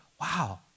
Wow